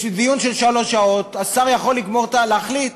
בדיון של שלוש שעות השר יכול לגמור, להחליט.